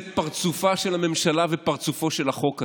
זה פרצופה של הממשלה ופרצופו של החוק הזה.